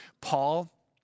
Paul